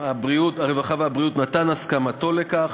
הרווחה והבריאות נתן את הסכמתו לכך.